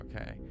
okay